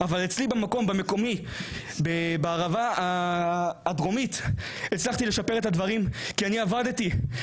אבל בערבה הדרומית הצלחתי לשפר את הדברים כי עבדתי,